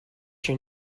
your